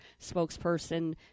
spokesperson